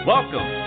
Welcome